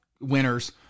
winners